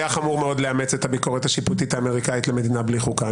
היה חמור מאוד לאמץ את הביקורת השיפוטית האמריקנית למדינה בלי חוקה.